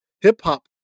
hip-hop